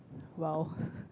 !wow!